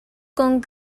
con